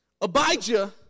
abijah